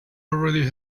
already